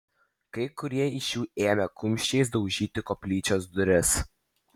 kai kurie iš jų ėmė kumščiais daužyti koplyčios duris